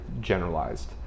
generalized